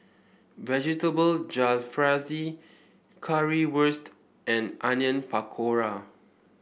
Vegetable Jalfrezi Currywurst and Onion Pakora